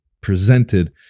presented